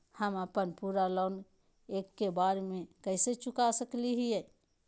हम अपन पूरा लोन एके बार में कैसे चुका सकई हियई?